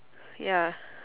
ya